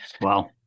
Wow